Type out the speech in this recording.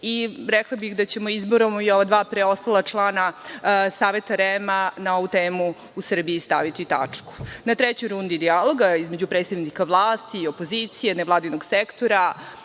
i rekla bih da ćemo izborom i ova dva preostala člana Saveta REM u Srbiji, na ovu temu staviti tačku. Na trećoj rundi dijaloga između predsednika, vlasti i opozicije, nevladinog sektora,